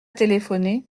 téléphoné